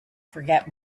forget